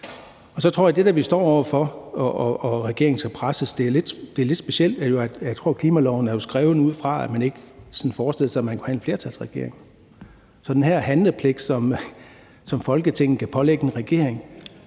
står så over for, at regeringen skal presses, og det er lidt specielt. Jeg tror, at klimaloven er skrevet ud fra, at man ikke forestillede sig, at man kunne have en flertalsregering. Så hvor er det lige, vi får den handlepligt fra, som Folketinget kan pålægge en regering?